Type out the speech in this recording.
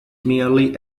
merely